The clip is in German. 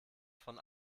von